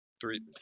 three